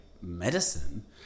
medicine